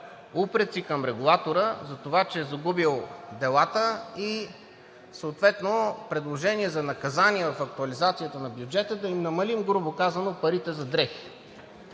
упреци към регулатора, затова че е загубил делата и съответно предложение за наказание в актуализацията на бюджета да им намалим, грубо казано, парите за дрехи.